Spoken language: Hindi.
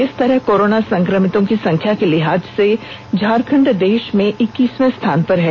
इस तरह कोरोना संक्रमितों की संख्या के लिहाज से झारखंड देश में इक्कीसवें स्थान पर है